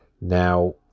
Now